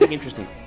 interesting